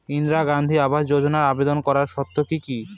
ইন্দিরা গান্ধী আবাস যোজনায় আবেদন করার শর্ত কি কি?